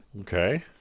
Okay